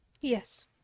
Yes